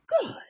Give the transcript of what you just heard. good